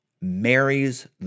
marries